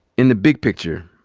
in the big picture,